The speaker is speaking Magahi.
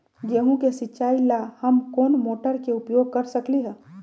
गेंहू के सिचाई ला हम कोंन मोटर के उपयोग कर सकली ह?